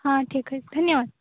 हा ठीक आहे धन्यवाद